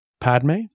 Padme